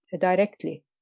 directly